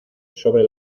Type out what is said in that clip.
sobre